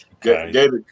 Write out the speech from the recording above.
David